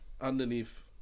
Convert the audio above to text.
underneath